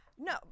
No